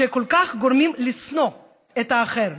שכל כך גורמים לשנוא את האחר?